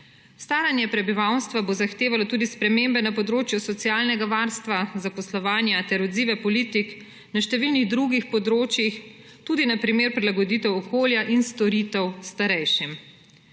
Staranje prebivalstva bo zahtevalo tudi spremembe na področju socialnega varstva, zaposlovanja ter odzive politik na številnih drugih področjih, tudi na prilagoditvi okolja in storitev starejšim.